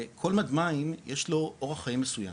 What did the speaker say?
לכל מד מים יש לו אורך חיים מסוים,